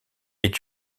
est